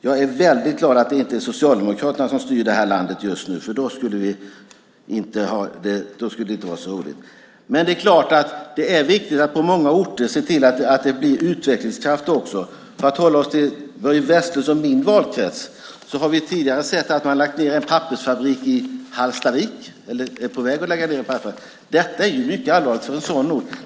Jag är väldigt glad att det inte är Socialdemokraterna som styr det här landet just nu. Då skulle det inte vara så roligt. Men det är klart att det är viktigt att på många orter se till att det blir utvecklingskraft också. För att hålla oss till Börje Vestlunds och min valkrets kan jag säga att vi tidigare har sett att man är på väg att lägga ned en pappersfabrik i Hallstavik. Detta är mycket allvarligt för en sådan ort.